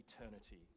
eternity